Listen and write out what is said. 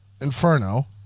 Inferno